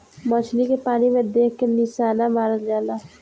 मछली के पानी में देख के निशाना मारल जाला